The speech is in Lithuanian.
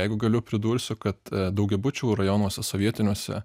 jeigu galiu pridursiu kad daugiabučių rajonuose sovietiniuose